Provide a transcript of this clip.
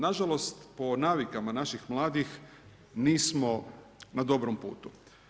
Nažalost po navikama naših mladih nismo na dobrom putu.